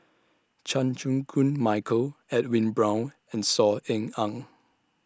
Chan Chew Koon Michael Edwin Brown and Saw Ean Ang